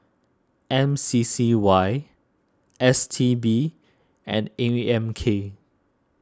M C C Y S T B and A M K